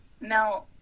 now